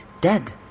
Dead